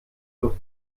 durch